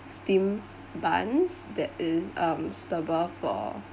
steamed buns that is um suitable for